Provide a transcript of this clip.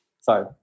Sorry